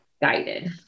guided